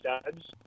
studs